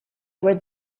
were